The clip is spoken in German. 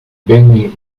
bengel